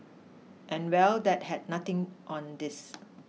and well that had nothing on this